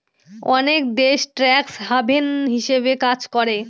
অনেক দেশ tax haven হিসাবে কাজ করে